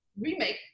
remake